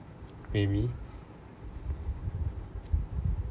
maybe